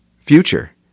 future